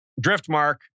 Driftmark